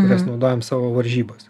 mes naudojam savo varžybose